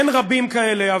אין רבים כאלה,